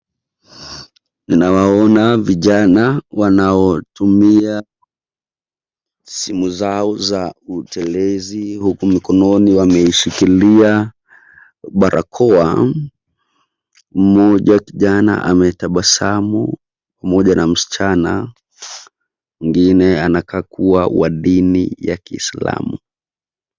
Nawaona vijana wanaotumia simu zao za utelezi huku mikononi wameishikilia barakoa. Mmoja kijana ametabasamu pamoja na msichana. Mwingine anakaa kuwa wa dini ya ki-islamu.